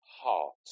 heart